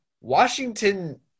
Washington